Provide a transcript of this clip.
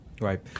Right